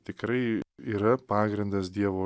tikrai yra pagrindas dievo